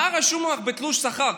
מה רשום לך בתלוש שכר?